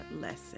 lesson